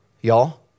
y'all